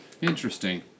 Interesting